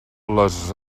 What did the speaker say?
les